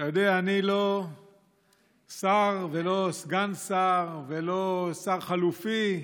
אתה יודע, אני לא שר ולא סגן שר ולא שר חלופי.